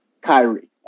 Kyrie